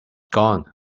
gone